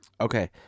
Okay